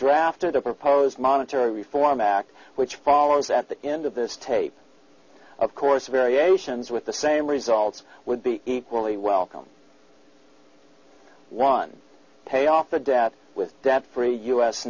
drafted a proposed monetary reform act which follows at the end of this tape of course variations with the same results would be equally welcome one pay off the debt with debt free u